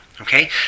Okay